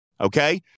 okay